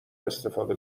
استفاده